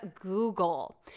Google